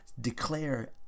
Declare